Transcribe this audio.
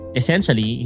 essentially